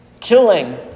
killing